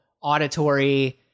auditory